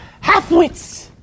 halfwits